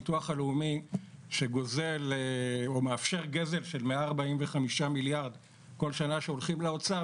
הביטוח הלאומי שגוזל או מאפשר גזל של 145 מיליארד כל שנה שהולכים לאוצר,